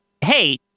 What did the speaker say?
hey